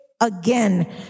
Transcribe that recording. again